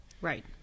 right